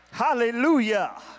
Hallelujah